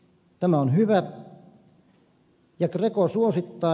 tämä on hyvä